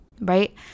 right